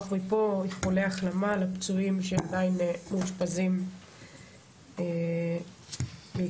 איחולי החלמה לפצועים שעדיין מאושפזים בבתי החולים